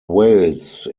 wales